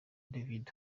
david